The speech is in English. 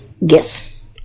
Yes